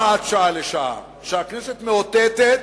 שלא הוראת שעה לשעה, אלא שהכנסת מאותתת